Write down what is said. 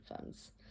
funds